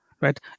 Right